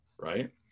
right